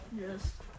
Yes